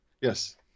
Yes